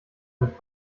mit